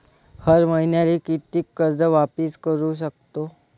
हर मईन्याले कितीक कर्ज वापिस करू सकतो?